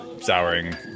souring